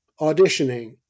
auditioning